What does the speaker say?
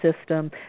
system